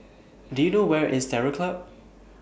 Do YOU know Where IS Terror Club